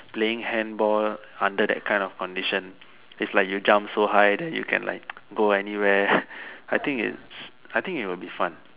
playing handball under that kind of condition it's like you jump so high that you can like go anywhere I think it's I think it will be fun